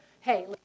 hey